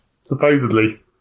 Supposedly